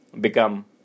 become